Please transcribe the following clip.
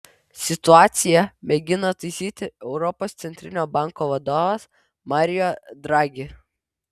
situaciją mėgina taisyti europos centrinio banko vadovas mario draghi